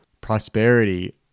prosperity